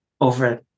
over